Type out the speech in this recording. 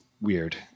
weird